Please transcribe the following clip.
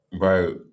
right